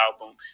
album